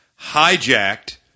hijacked